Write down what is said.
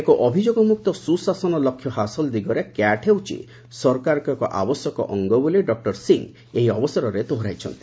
ଏକ ଅଭିଯୋଗମୁକ୍ତ ସୁଶାସନ ଲକ୍ଷ୍ୟ ହାସଲ ଦିଗରେ କ୍ୟାଟ୍ ହେଉଛି ସରକାରଙ୍କ ଏକ ଆବଶ୍ୟକ ଅଙ୍ଗ ବୋଲି ଡକ୍କର ସିଂ ଏହି ଅବସରରେ ଦୋହରାଇଛନ୍ତି